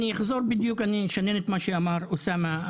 אני אשנן את מה שאמר אוסאמה.